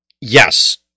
Yes